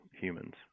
humans